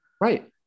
Right